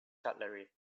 cutlery